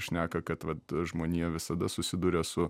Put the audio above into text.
šneka kad vat žmonija visada susiduria su